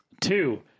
Two